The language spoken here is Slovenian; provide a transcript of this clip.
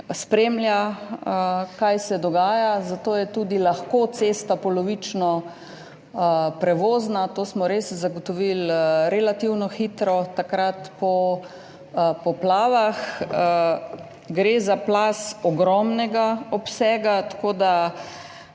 spremlja, kaj se dogaja, zato je lahko tudi cesta polovično prevozna, to smo res zagotovili relativno hitro takrat po poplavah. Gre za plaz ogromnega obsega, tako da